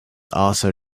also